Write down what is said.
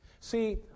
See